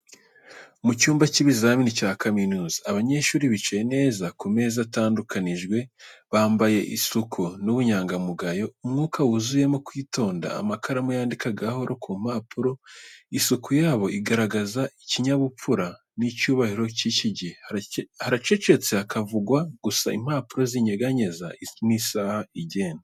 Mu cyumba cy'ibizamini cya kaminuza, abanyeshuri bicaye neza ku meza atandukanyijwe, bambaye isuku n’ubunyangamugayo. Umwuka wuzuyemo kwitonda, amakaramu yandika gahoro ku mpapuro. Isuku yabo igaragaza ikinyabupfura n’icyubahiro cy’iki gihe. Haracecetse, hakavugwa gusa impapuro zinyeganyeza n’isaha igenda.